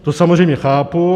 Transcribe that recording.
To samozřejmě chápu.